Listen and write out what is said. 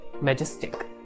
majestic